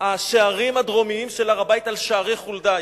השערים הדרומיים של הר-הבית, על שערי חולדה.